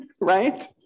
right